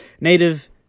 Native